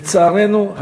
לצערנו,